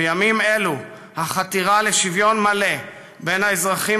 בימים אלו החתירה לשוויון מלא בין האזרחים,